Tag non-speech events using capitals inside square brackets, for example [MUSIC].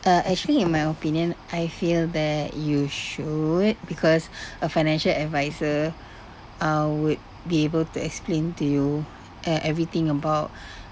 uh actually in my opinion I feel that you should because [BREATH] a financial adviser [BREATH] uh would be able to explain to you e~ everything about [BREATH]